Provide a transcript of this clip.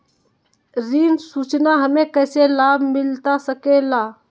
ऋण सूचना हमें कैसे लाभ मिलता सके ला?